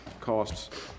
costs